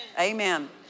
Amen